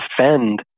defend